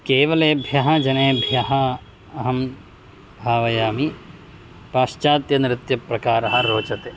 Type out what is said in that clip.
केवलेभ्यः जनेभ्यः अहं भावयामि पाश्चात्यनृत्यप्रकारः रोचते